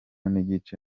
n’igice